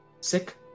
sick